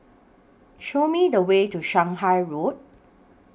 Show Me The Way to Shanghai Road